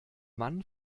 mann